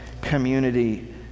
community